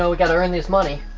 know we gotta earn this money.